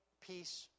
peace